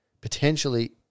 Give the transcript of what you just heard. potentially